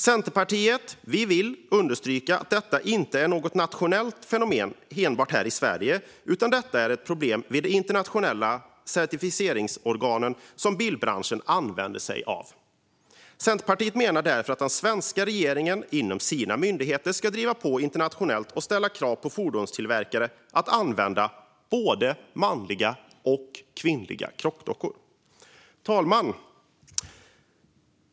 Centerpartiet vill understryka att detta inte är något nationellt fenomen enbart här i Sverige utan att detta är ett problem vid de internationella certifieringsorgan som bilbranschen använder sig av. Centerpartiet menar därför att den svenska regeringen genom sina myndigheter ska driva på internationellt och ställa krav på fordonstillverkare att använda både manliga och kvinnliga dockor. Fru talman!